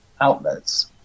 outlets